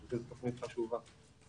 זו תוכנית חשובה.